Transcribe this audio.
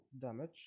damage